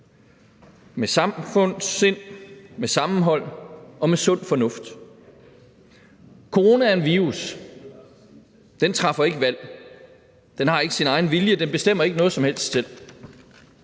med samfundssind, med sammenhold og med sund fornuft. Corona er en virus – den træffer ikke valg, den har ikke sin egen vilje, den bestemmer ikke noget som helst selv.